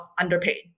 underpaid